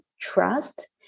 trust